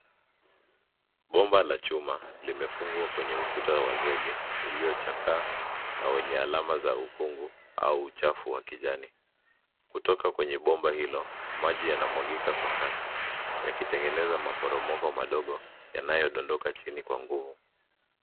Bomba la chuma limefungwa kwenye ukuta wa zege ulio chakaa na wenye alama za upungu au uchafu wa kijani. kutoka kwenye bomba hilo maji yanamwagika kwa kasi yakitengeneza maporomoko madogo yanayo dodoka chini kwa nguvu.